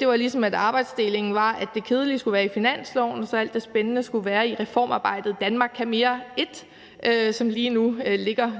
det var, som om arbejdsdelingen var, at det kedelige skulle være i finansloven, og alt det spændende skulle være i reformarbejdet »Danmark kan mere 1«, som lige nu ligger